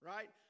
Right